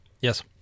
Yes